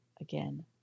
again